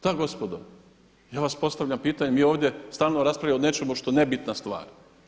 Da gospodo, ja vam postavljam pitanje, mi ovdje stalno raspravljamo o nečemu što je nebitna stvar.